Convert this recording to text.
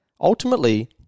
Ultimately